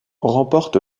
remporte